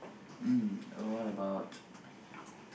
mm what about